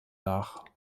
nach